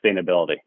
sustainability